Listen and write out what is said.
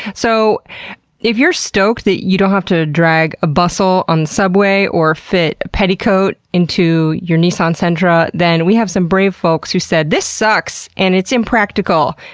so if you're stoked that you don't have to drag a bustle on the subway or fit a petticoat into your nissan sentra, then we have some brave folks who said, this sucks and it's impractical!